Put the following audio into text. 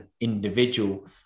individual